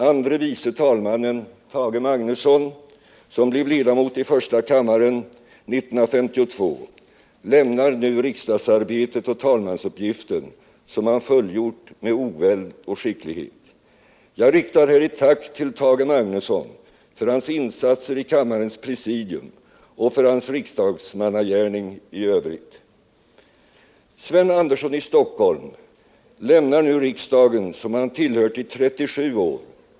Andre vice talmannen Tage Magnusson, som blev ledamot i första kammaren 1952, lämnar nu riksdagsarbetet och talmansuppgiften, som han fullgjort med oväld och skicklighet. Jag riktar här ett tack till Tage Magnusson för hans insatser i kammarens presidium och för hans riksdagsmannagärning i övrigt. Sven Andersson i Stockholm lämnar nu riksdagen, som han tillhört i 37 år.